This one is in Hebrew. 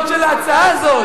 ההצעה הזאת.